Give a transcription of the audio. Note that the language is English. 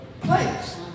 place